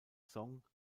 song